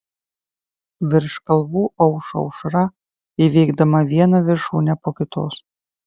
virš kalvų aušo aušra įveikdama vieną viršūnę po kitos